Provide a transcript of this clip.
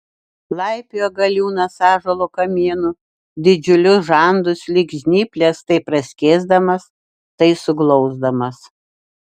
laipioja galiūnas ąžuolo kamienu didžiulius žandus lyg žnyples tai praskėsdamas tai suglausdamas